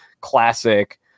classic